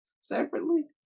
separately